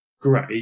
great